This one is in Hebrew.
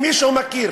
אם מישהו מכיר